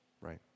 right